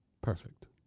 perfect